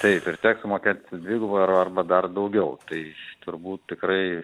taip ir teks sumokėt dvigubą ar arba dar daugiau tai turbūt tikrai